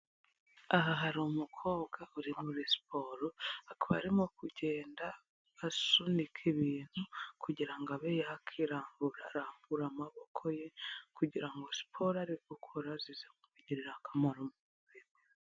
Aha hari umukobwa uri muri siporo, akaba arimo kugenda asunika ibintu kugira ngo abe yakirambura, arambura amaboko ye kugira ngo siporo ari gukora zize kumugirira akamaro.